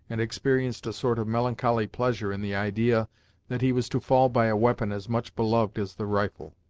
and experienced a sort of melancholy pleasure in the idea that he was to fall by a weapon as much beloved as the rifle.